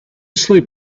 sleep